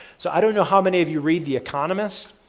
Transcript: so, i don't know how many of you read the economist.